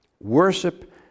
Worship